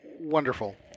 Wonderful